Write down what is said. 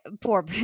poor